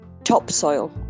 Topsoil